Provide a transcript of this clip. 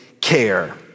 care